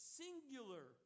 singular